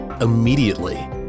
immediately